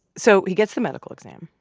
so he gets the medical exam.